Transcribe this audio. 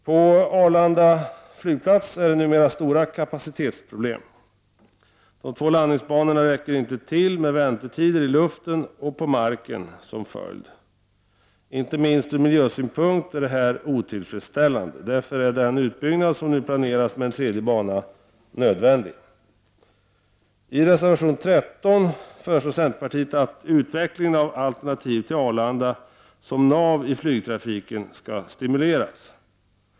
På Arlanda flygplats har man numera stora kapacitetsproblem. De två landningsbanorna räcker inte till, med väntetider i luften och på marken som följd. Inte minst ur miljösynpunkt är detta otillfredsställande. Därför är den utbyggnad som nu planeras, med en tredje bana, nödvändig. I reservation 13 föreslår centerpartiet att utvecklingen av alternativ till Arlanda som nav i flygtrafiken skall stimuleras.